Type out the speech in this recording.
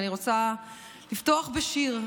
אני רוצה לפתוח בשיר,